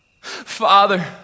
Father